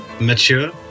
mature